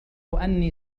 أني